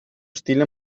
stile